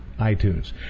iTunes